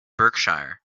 berkshire